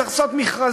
צריך לעשות מכרזים.